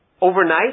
overnight